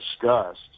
discussed